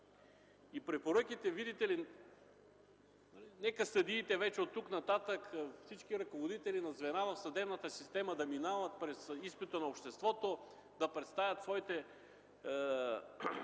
Препоръките, видите ли – нека съдиите и всички ръководители на звена в съдебната система да минават през изпита на обществото, да представят своите